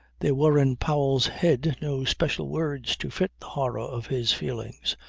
there were in powell's head no special words to fit the horror of his feelings.